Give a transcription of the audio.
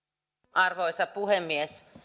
arvoisa puhemies